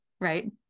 right